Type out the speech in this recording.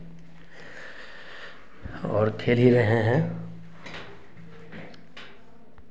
और खेल ही रहे हैं